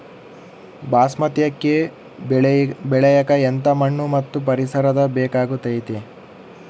ಬಾಸ್ಮತಿ ಅಕ್ಕಿ ಬೆಳಿಯಕ ಎಂಥ ಮಣ್ಣು ಮತ್ತು ಪರಿಸರದ ಬೇಕಾಗುತೈತೆ?